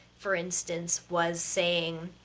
for instance, was saying,